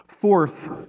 Fourth